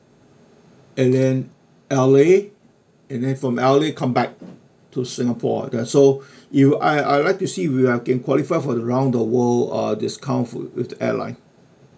and then L_A and then from L_A come back to singapore like that so you I I'd like to see we are can qualify for around the world uh discount for the airline